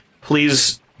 Please